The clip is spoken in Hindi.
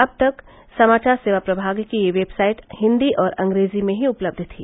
अब तक समाचार सेवा प्रमाग की यह वेबसाइट हिन्दी और अंग्रेजी में ही उपलब्ध थी